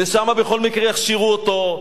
ושם בכל מקרה יכשירו אותו,